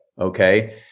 Okay